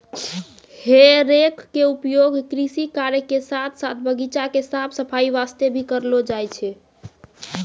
हे रेक के उपयोग कृषि कार्य के साथॅ साथॅ बगीचा के साफ सफाई वास्तॅ भी करलो जाय छै